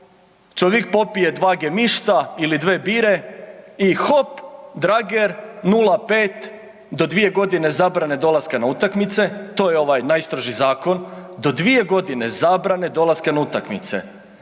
čovik popije dva gemišta ili dve bire i hop, drager 0,5 do 2 g. zabrane dolaska na utakmice, to je ovaj najstroži zakon, do 2 g. zabrane dolaska na utakmice.